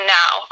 now